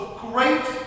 great